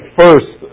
first